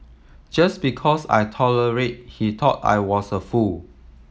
just because I tolerated he thought I was a fool